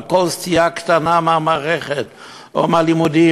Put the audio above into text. וכל סטייה קטנה מהמערכת או מהלימודים,